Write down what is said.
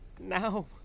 now